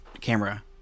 camera